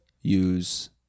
use